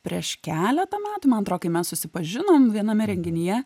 prieš keletą metų man atrodo kai mes susipažinom viename renginyje